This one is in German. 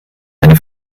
eine